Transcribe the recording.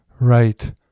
Right